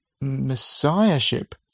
messiahship